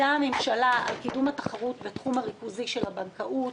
עבדה הממשלה על קידום התחרות בתחום הריכוזי של הבנקאות,